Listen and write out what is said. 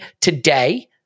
today